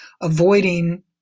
avoiding